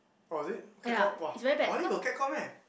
oh is it catcall !wah! Bali got catcall meh